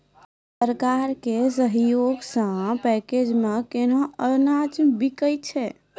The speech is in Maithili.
सरकार के सहयोग सऽ पैक्स मे केना अनाज बिकै छै?